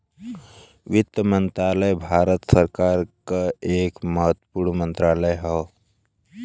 वित्त मंत्रालय भारत सरकार क एक महत्वपूर्ण मंत्रालय हौ